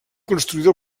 construïda